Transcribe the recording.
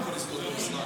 לא יכולים לסגור את המשרד.